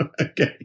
okay